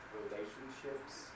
relationships